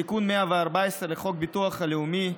בתיקון 114 לחוק הביטוח הלאומי,